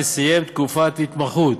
וסיים תקופת התמחות,